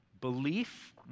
Belief